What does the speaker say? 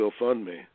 GoFundMe